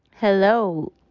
Hello